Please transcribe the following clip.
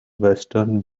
western